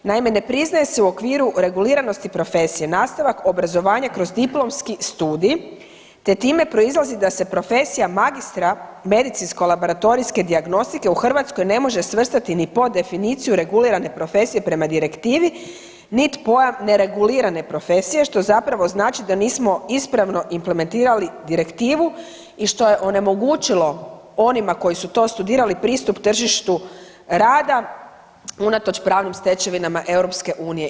Naime, ne priznaje se u okviru reguliranosti profesije nastavak obrazovanja kroz diplomski studij te time proizlazi da se profesija magistra medicinsko laboratorijske dijagnostike u Hrvatskoj ne može svrstati ni pod definiciju regulirane profesije prema direktivni, nit pojam neregulirane profesije što zapravo znači da nismo ispravno implementirali direktivu i što je onemogućilo onima koji su to studirali pristup tržištu rada unatoč pravnim stečevinama EU.